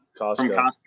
Costco